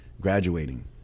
graduating